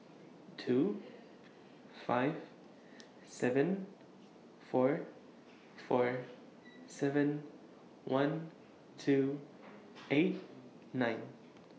two five seven four four seven one two eight nine